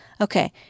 Okay